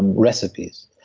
recipes.